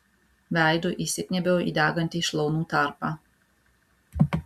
veidu įsikniaubiu į degantį šlaunų tarpą